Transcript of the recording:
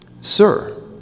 Sir